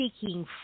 seeking